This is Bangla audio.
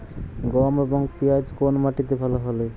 গম এবং পিয়াজ কোন মাটি তে ভালো ফলে?